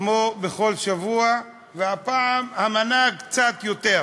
כמו בכל שבוע, והפעם המנה גדולה קצת יותר.